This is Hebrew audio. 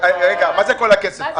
מה זה כל הכסף?